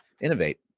innovate